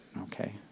Okay